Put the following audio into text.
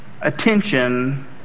attention